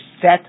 set